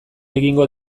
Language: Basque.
egingo